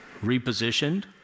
repositioned